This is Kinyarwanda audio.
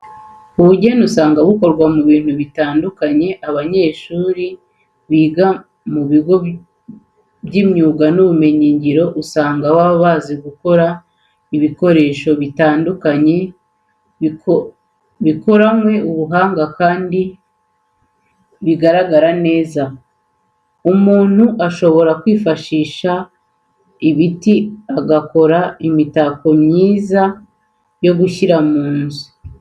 Ubugeni usanga bukorwa mu bintu bigiye bitandukanye. Abanyeshuri biga mu bigo by'imyuga n'ubumenyingiro usanga baba bazi gukora ibikoresho bitandukanye bikoranwe ubuhanga kandi bigaragara neza. Umuntu ashobora kwifashisha ibiti agakora imitako myiza yo gushyira mu nzu.